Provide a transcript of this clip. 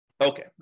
Okay